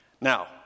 Now